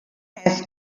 has